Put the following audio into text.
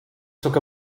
took